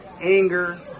anger